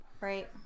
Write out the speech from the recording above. right